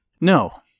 No